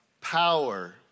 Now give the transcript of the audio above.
power